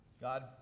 God